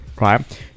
Right